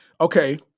Okay